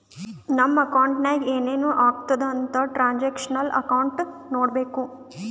ನಮ್ ಅಕೌಂಟ್ನಾಗ್ ಏನೇನು ಆತುದ್ ಅಂತ್ ಟ್ರಾನ್ಸ್ಅಕ್ಷನಲ್ ಅಕೌಂಟ್ ನೋಡ್ಬೇಕು